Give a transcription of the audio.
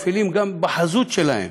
ולפעמים גם בחזות שלהם,